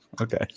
Okay